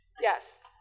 Yes